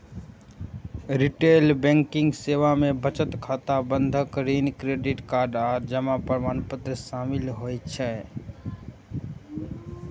retail banking सेवा मे बचत खाता, बंधक, ऋण, क्रेडिट कार्ड आ जमा प्रमाणपत्र शामिल होइ छै